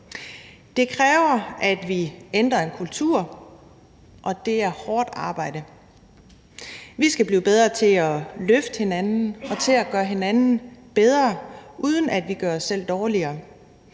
Det kræver, at vi ændrer en kultur, og det er hårdt arbejde. Vi skal blive bedre til at løfte hinanden og til at gøre hinanden bedre, uden at vi gør os selv dårligere.